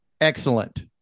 excellent